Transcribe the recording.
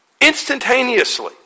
Instantaneously